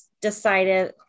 decided